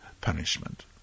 punishment